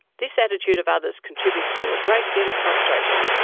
this attitude of others contributes to a great deal of frustration.